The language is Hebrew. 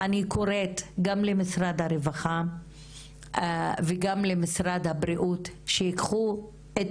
ואני קוראת גם למשרד הרווחה וגם למשרד הבריאות שייקחו את